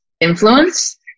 influence